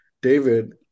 David